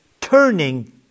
turning